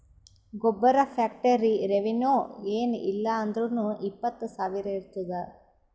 ಗೊಬ್ಬರ factory revenue ಏನ್ ಇಲ್ಲ ಅಂದುರ್ನೂ ಇಪ್ಪತ್ತ್ ಸಾವಿರ ಇರ್ತುದ್